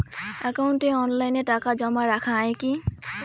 একাউন্টে অনলাইনে টাকা জমা রাখা য়ায় কি?